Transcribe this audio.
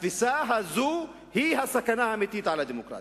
התפיסה הזאת היא הסכנה האמיתית לדמוקרטיה.